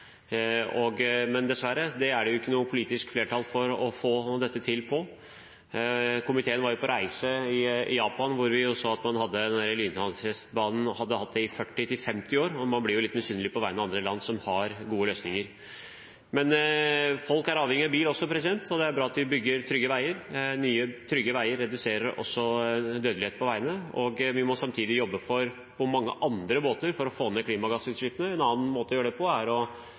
redusert. Men, dessverre, det er det jo ikke noe politisk flertall for å få til. Komiteen var på reise i Japan, hvor vi så at man hadde denne høyhastighetsbanen – og hadde hatt det i 40–50 år. Man blir jo litt misunnelig på andre land, som har gode løsninger. Men folk er avhengig av bil også, og det er bra at vi bygger trygge veier. Nye, trygge veier reduserer også dødelighet på veiene. Vi må samtidig jobbe på mange andre måter for å få ned klimagassutslippene. En annen måte å gjøre det på er fortsatt å